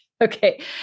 Okay